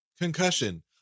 Concussion